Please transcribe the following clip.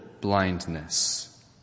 blindness